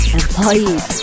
employees